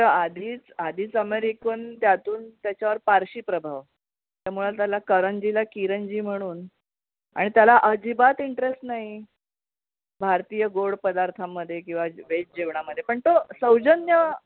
आधीच आधीच अमेरिकन त्यातून त्याच्यावर पारशी प्रभाव त्यामुळं त्याला करंजीला किरंजी म्हणून आणि त्याला अजिबात इंटरेस्ट नाही भारतीय गोड पदार्थांमध्ये किंवा व्हेज जेवणामध्ये पण तो सौजन्य